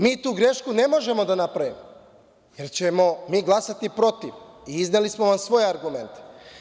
Mi tu grešku ne možemo da napravimo, jer ćemo glasati protiv i izneli smo vam svoje argumente.